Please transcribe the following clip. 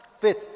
fifth